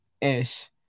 ish